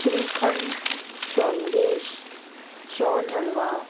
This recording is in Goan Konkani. श्रीखंड शोंदेश शोन हलवा